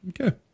okay